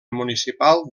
municipal